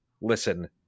Listen